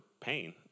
pain